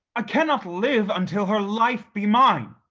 i cannot live until her life be mine.